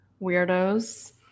weirdos